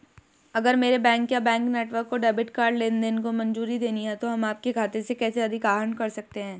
अगर मेरे बैंक या बैंक नेटवर्क को डेबिट कार्ड लेनदेन को मंजूरी देनी है तो हम आपके खाते से कैसे अधिक आहरण कर सकते हैं?